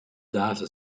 data